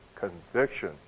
Conviction